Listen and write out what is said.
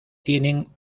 tienen